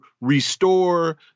restore